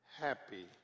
happy